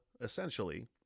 essentially